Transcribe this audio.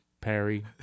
perry